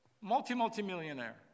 Multi-multi-millionaire